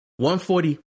140